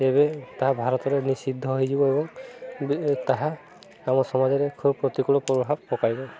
ଏବେ ତାହା ଭାରତରେ ନିଷିଦ୍ଧ ହେଇଯିବ ଏବଂ ତାହା ଆମ ସମାଜରେ ଖ ପ୍ରତିକୂଳ ପ୍ରଭାବ ପକାଇବ